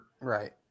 Right